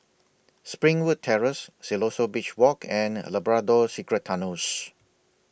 Springwood Terrace Siloso Beach Walk and A Labrador Secret Tunnels